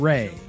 Ray